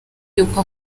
yuko